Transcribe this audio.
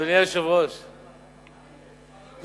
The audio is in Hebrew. אדוני היושב-ראש, רבותי,